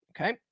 Okay